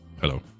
Hello